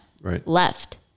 left